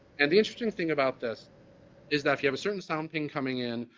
and the interesting thing about this is that you have a certain sound thing coming in,